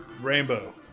Rainbow